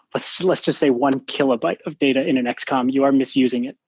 let's let's just say one kilobyte of data in an xcom, you are misusing it.